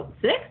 six